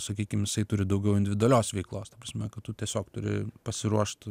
sakykim jisai turi daugiau individualios veiklos ta prasme kad tu tiesiog turi pasiruošt